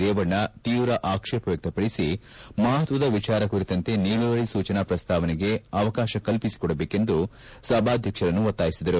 ರೇವಣ್ಣ ತೀವ್ರ ಆಕ್ಷೇಪ ವ್ಯಕ್ತಪಡಿಸಿ ಮಹತ್ತದ ಎಚಾರ ಕುರಿತಂತೆ ನಿಲುವಳಿ ಸೂಜನಾ ಪ್ರಸ್ತಾವನೆಗೆ ಅವಕಾಶ ಕಲ್ಪಿಸಿಕೊಡಬೇಕೆಂದು ಸಭಾದ್ಯಕ್ಷರನ್ನು ಒತ್ತಾಯಿಸಿದರು